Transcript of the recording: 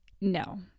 No